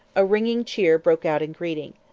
a ringing cheer broke out in greeting.